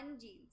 jeans